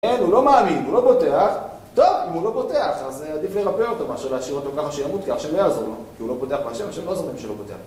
הוא לא מאמין, הוא לא בוטח. טוב, אם הוא לא בוטח, אז עדיף לרפא אותו, מאשר להשאיר אותו ככה שימות, כי השם לא יעזור לו. כי הוא לא בוטח בהשם השם לא עוזר למי שלא בוטח.